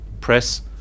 press